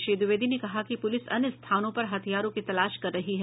श्री द्विवेदी ने कहा कि पुलिस अन्य स्थानों पर हथियारों की तलाश कर रही है